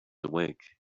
awake